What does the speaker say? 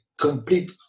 complete